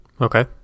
Okay